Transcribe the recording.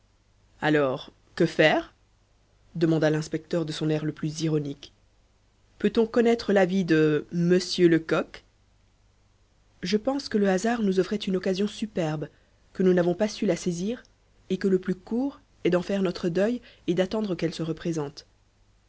alors que faire demanda l'inspecteur de son air le plus ironique peut-on connaître l'avis de monsieur lecoq je pense que le hasard nous offrait une occasion superbe que nous n'avons pas su la saisir et que le plus court est d'en faire notre deuil et d'attendre qu'elle se représente